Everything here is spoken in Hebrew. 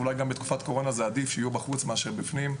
ואולי בתקופת קורונה עדיף שיהיו בחוץ מאשר בפנים.